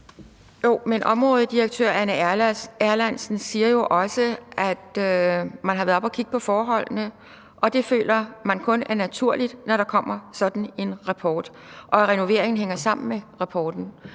områdedirektør Anne Erlandsen siger jo også, at man har været oppe og kigge på forholdene, og det føler man kun er naturligt, når der kommer sådan en rapport – og at renoveringen hænger sammen med rapporten.